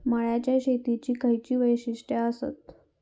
मळ्याच्या शेतीची खयची वैशिष्ठ आसत?